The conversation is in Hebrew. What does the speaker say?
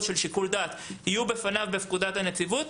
לשיקול דעת יהיו בפניו בפקודת הנציבות.